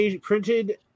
printed